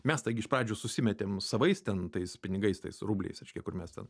mes taigi iš pradžių susimetėm savais ten tais pinigais tais rubliais reiškia mes ten